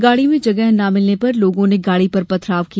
गाड़ी में जगह न मिलने पर लोगों ने गाड़ी पर पथराव किया